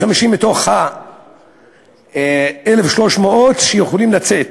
מתוך ה-1,300 שיכולים לצאת,